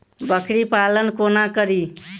बकरी पालन कोना करि?